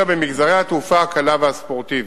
אלא במגזרי התעופה הקלה והספורטיבית.